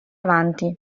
avanti